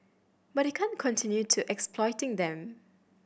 but you can't continue to exploiting them